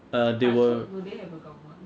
uh they were